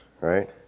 right